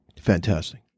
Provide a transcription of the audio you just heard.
Fantastic